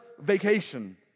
vacation